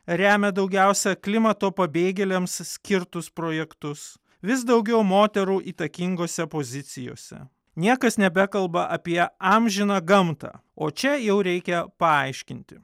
remia daugiausia klimato pabėgėliams skirtus projektus vis daugiau moterų įtakingose pozicijose niekas nebekalba apie amžiną gamtą o čia jau reikia paaiškinti